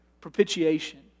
Propitiation